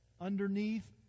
underneath